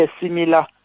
similar